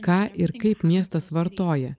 ką ir kaip miestas vartoja